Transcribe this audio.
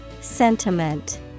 Sentiment